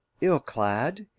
ill-clad